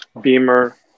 Beamer